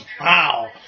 Wow